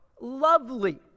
lovely